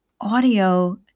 audio